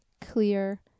clear